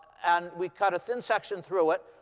and we cut a thin section through it.